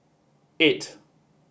eight